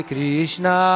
Krishna